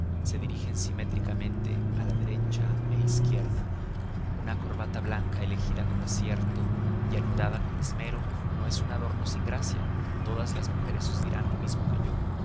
se dirigen simétricamente a derecha e izquierda una corbata blanca elegida con acierto y anudada con esmero no es un adorno sin gracia todas las mujeres os dirán lo mismo que yo